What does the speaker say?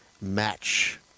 match